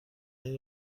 این